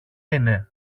είναι